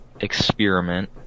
Experiment